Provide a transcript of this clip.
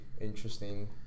interesting